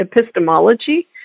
epistemology